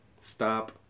stop